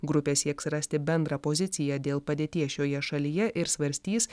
grupė sieks rasti bendrą poziciją dėl padėties šioje šalyje ir svarstys